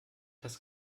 das